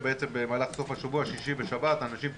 נמצאת פה גם ד"ר אמיליה אניס,